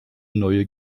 neue